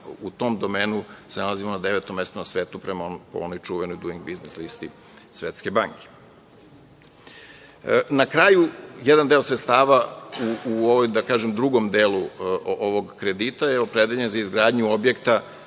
u tom domenu se nalazimo na devetom mestu u svetu, po onoj čuvenoj Duing biznis listi Svetske banke. Na kraju, jedan deo sredstava, da kažem, u ovom drugom delu ovog kredita je opredeljen za izgradnju objekta